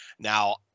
Now